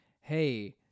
hey